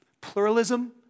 Pluralism